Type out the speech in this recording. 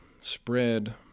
spread